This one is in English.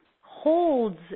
holds